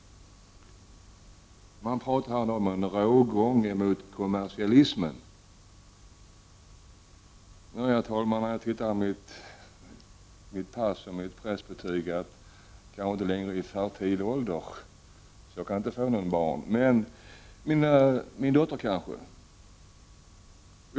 Man talar om en rågång mot kommersialismen. Herr talman! Vid en titt på mitt pass och mitt personbevis kan jag bara konstatera att jag inte längre är i fertil ålder. Jag kan alltså inte få några barn. Däremot kanske min dotter kan få barn.